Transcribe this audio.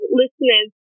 listeners